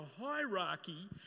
hierarchy